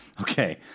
Okay